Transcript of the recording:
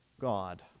God